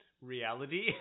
reality